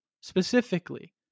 specifically